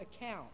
account